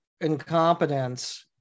Incompetence